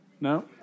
No